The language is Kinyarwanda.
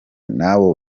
n’abo